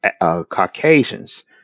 Caucasians